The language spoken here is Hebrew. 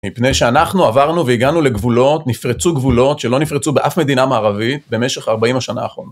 מפני שאנחנו עברנו והגענו לגבולות, נפרצו גבולות שלא נפרצו באף מדינה מערבית במשך 40 השנה